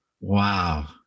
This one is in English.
wow